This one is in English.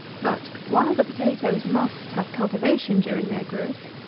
but, while the potatoes must have cultivation during their growth,